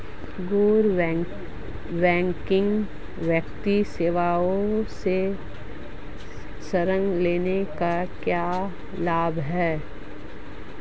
गैर बैंकिंग वित्तीय सेवाओं से ऋण लेने के क्या लाभ हैं?